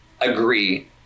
agree